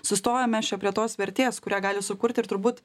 sustojom mes čia prie tos vertės kurią gali sukurti ir turbūt